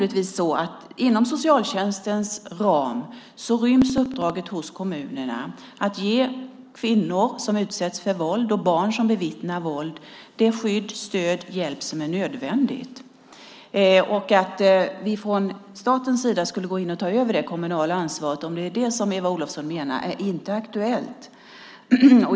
Inom socialtjänstens ram ryms uppdraget hos kommunerna att ge kvinnor som utsätts för våld och barn som bevittnar våld det skydd och stöd och den hjälp som det är nödvändigt att de får. Om Eva Olofsson menar att staten skulle gå in och ta över det kommunala ansvaret är det inte aktuellt.